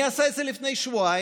מי עשה את זה לפני שבועיים?